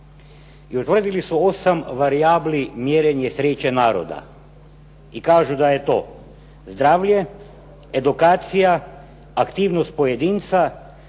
I utvrdili su 8 varijabli mjerenje sreće naroda. I kažu da je to zdravlje, edukacija, aktivnost pojedinca,